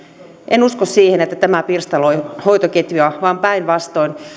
en usko siihen että tämä pirstaloi hoitoketjuja vaan päinvastoin